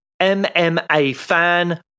MMAFAN